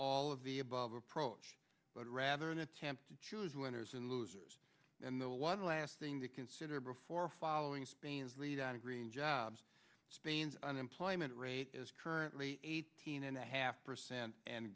all of the above approach but rather an attempt to choose winners and losers and the one last thing to consider before following spain's lead on green jobs spain's unemployment rate is currently eighteen and a half percent and